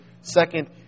Second